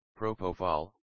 propofol